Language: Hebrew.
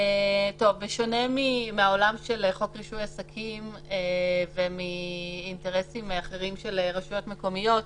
בשונה מהעולם של חוק רישוי עסקים ומאינטרסים אחרים של רשויות מקומיות,